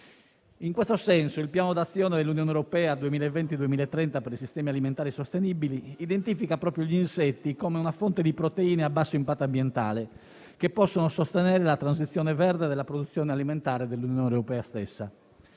In questo senso, il piano d'azione dell'Unione europea 2020-2030 per i sistemi alimentari sostenibili identifica proprio gli insetti come una fonte di proteine a basso impatto ambientale, che può sostenere la transizione verde della produzione alimentare dell'Unione europea stessa.